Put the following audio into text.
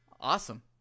Awesome